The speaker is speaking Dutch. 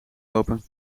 open